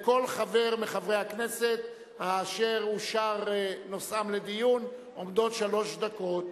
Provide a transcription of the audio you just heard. לכל חבר מחברי הכנסת אשר אושר לו הנושא לדיון עומדות שלוש דקות.